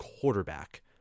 quarterback